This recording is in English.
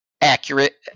accurate